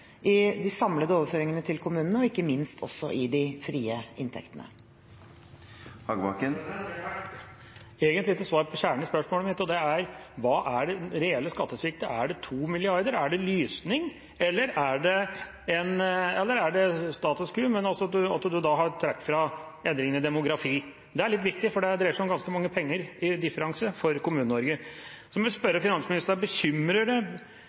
i de samlede overføringene til kommunene, og ikke minst også i de frie inntektene. Jeg fikk egentlig ikke svar på kjernen i spørsmålet mitt, og det er: Hva er den reelle skattesvikten – er det 2 mrd. kr, er det lysning, eller er det status quo, men at en da har trukket fra endringene i demografi? Det er litt viktig, for det dreier seg om ganske mye penger i differanse for Kommune-Norge. Så vil jeg spørre finansministeren: Bekymrer det